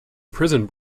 prison